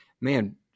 man